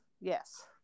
Yes